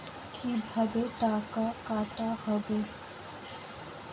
কিভাবে টাকা কাটা হবে?